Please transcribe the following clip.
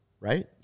Right